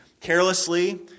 carelessly